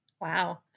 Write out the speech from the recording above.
Wow